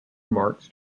marx